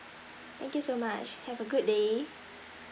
thank you so much have a good day